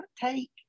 take